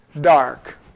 dark